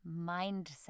mindset